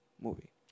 movie